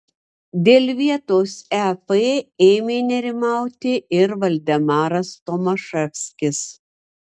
dėl vietos ep ėmė nerimauti ir valdemaras tomaševskis